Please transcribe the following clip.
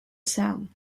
sam